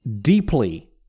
Deeply